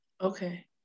Okay